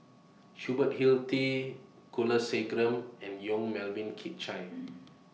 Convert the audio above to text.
Hubert Hill T Kulasekaram and Yong Melvin Chye